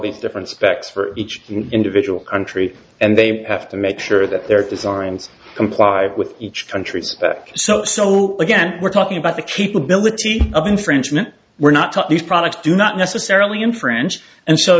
these different specs for each individual country and they have to make sure that their designs comply with each country's that so so again we're talking about the keep ability of infringement we're not to these products do not necessarily in french and so